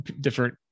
different